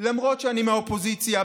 למרות שאני מהאופוזיציה,